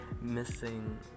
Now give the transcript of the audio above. missing